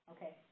Okay